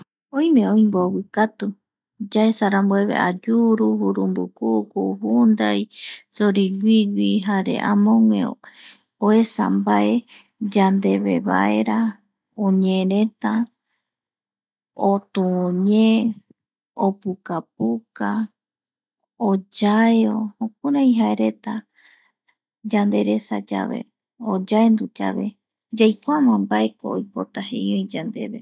Oime oï mbovikatu yaesa rambuevve ayuru, jurumbukuku, juinda, soriguigui, jare amogue oesa mbae yandevevaera oñeereta, otuvuñee, opukapuka, oyaeo jokurai jaereta yanderesa yave, o yaenduyave jyaikuama mbae oipota jei oï yandeveva.